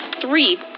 Three